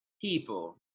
people